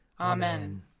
Amen